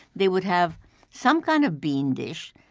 they would have some kind of bean dish.